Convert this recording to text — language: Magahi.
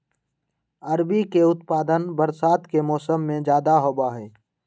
अरबी के उत्पादन बरसात के मौसम में ज्यादा होबा हई